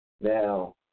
Now